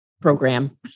program